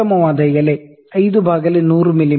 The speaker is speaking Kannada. ಮೀ